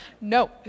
No